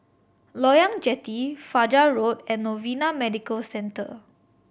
Loyang Jetty Fajar Road and Novena Medical Centre